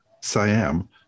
Siam